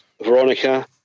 Veronica